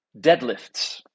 deadlifts